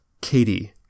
Katie